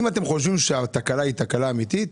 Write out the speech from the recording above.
אם אתם חושבים שהתקלה היא תקלה אמיתית,